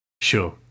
Sure